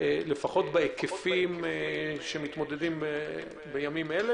לפחות בהיקפים שמתמודדים אתם בימים אלה,